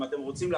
אם אתם רוצים,